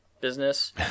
business